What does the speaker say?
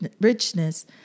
richness